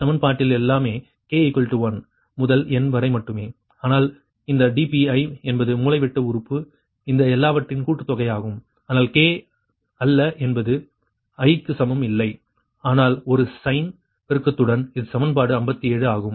சமன்பாட்டில் எல்லாமே k 1 முதல் n வரை மட்டுமே ஆனால் இந்த dPi என்பது மூலைவிட்ட உறுப்பு இந்த எல்லாவற்றின் கூட்டுத்தொகையாகும் ஆனால் k அல்ல என்பது i க்கு சமம் இல்லை ஆனால் ஒரு சைன் பெருக்கத்துடன் இது சமன்பாடு 57 ஆகும்